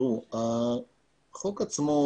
החוק עצמו